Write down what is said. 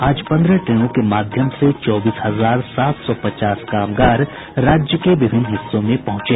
आज पन्द्रह ट्रेनों के माध्यम से चौबीस हजार सात सौ पचास कामगार राज्य के विभिन्न हिस्सों में पहुंचे